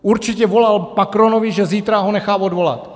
Určitě volal Macronovi, že zítra ho nechá odvolat.